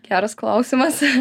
geras klausimas